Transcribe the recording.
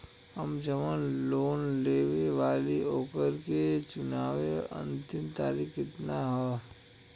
हम जवन लोन लेले बानी ओकरा के चुकावे अंतिम तारीख कितना हैं?